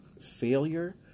failure